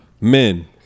men